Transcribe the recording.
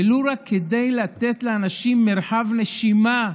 ולו רק כדי לתת לאנשים מרחב נשימה,